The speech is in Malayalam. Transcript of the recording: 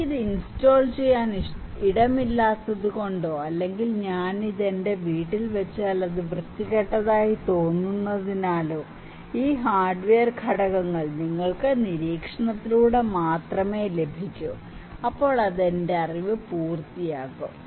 എനിക്ക് ഇത് ഇൻസ്റ്റാൾ ചെയ്യാൻ ഇടമില്ലാത്തത് കൊണ്ടോ അല്ലെങ്കിൽ ഞാൻ ഇത് എന്റെ വീട്ടിൽ വെച്ചാൽ അത് വൃത്തികെട്ടതായി തോന്നുന്നതിനാലോ ഈ ഹാർഡ്വെയർ ഘടകങ്ങൾ നിങ്ങൾക്ക് നിരീക്ഷണത്തിലൂടെ മാത്രമേ ലഭിക്കൂ അപ്പോൾ അത് എന്റെ അറിവ് പൂർത്തിയാക്കും